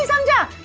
and